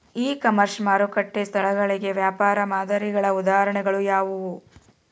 E commerce ಮಾರುಕಟ್ಟೆ ಸ್ಥಳಗಳಿಗೆ ವ್ಯಾಪಾರ ಮಾದರಿಗಳ ಉದಾಹರಣೆಗಳು ಯಾವುವು?